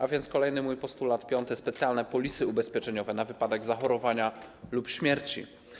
A więc kolejny mój postulat, piąty: specjalne polisy ubezpieczeniowe na wypadek zachorowania lub śmierci.